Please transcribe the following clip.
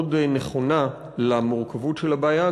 נכונה למורכבות של הבעיה,